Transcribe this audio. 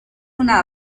una